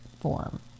form